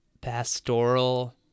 pastoral